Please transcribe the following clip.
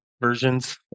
versions